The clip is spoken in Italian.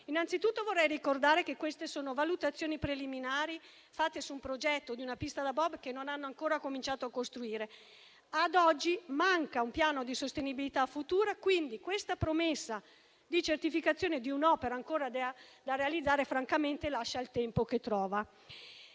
Innanzitutto, vorrei ricordare che queste sono valutazioni preliminari, fatte sul progetto di una pista da bob che non si è ancora cominciato a costruire; ad oggi manca un piano di sostenibilità futura. Pertanto, questa promessa di certificazione di un'opera ancora da realizzare francamente lascia il tempo che trova.